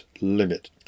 limit